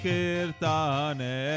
Kirtane